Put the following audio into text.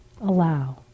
allow